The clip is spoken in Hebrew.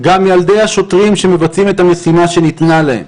גם ילדי השוטרים שמבצעים את המשימה שניתנה להם,